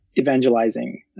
evangelizing